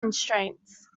constraints